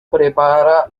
prepara